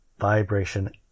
vibration